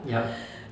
yup